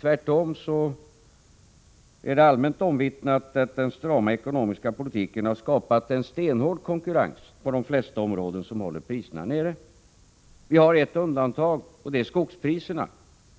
Tvärtom är det allmänt omvittnat att den strama ekonomiska politiken på de flesta områden har skapat en stenhård konkurrens, som håller priserna nere. Vi har ett undantag, och det är skogspriserna,